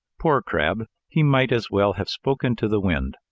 poor crab! he might as well have spoken to the wind.